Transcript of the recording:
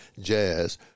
jazz